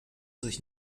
sich